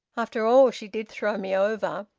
after all, she did throw me over!